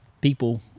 people